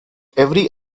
every